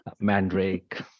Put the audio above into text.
mandrake